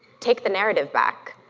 take the narrative back.